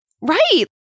right